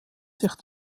sich